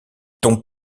ton